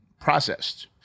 processed